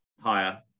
higher